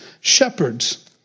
shepherds